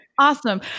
Awesome